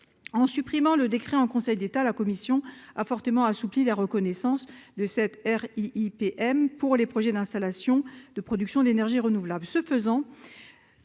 En supprimant le décret en Conseil d'État, la commission a fortement assoupli les conditions de cette RIIPM appliquée aux projets d'installations de production d'énergies renouvelables.